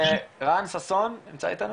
רן ששון נמצא איתנו?